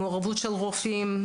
עם מעורבות של רופאים,